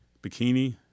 bikini